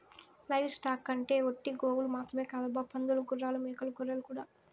live stock అంటే ఒట్టి గోవులు మాత్రమే కాదబ్బా పందులు గుర్రాలు మేకలు గొర్రెలు కూడా